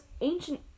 ancient